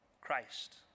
Christ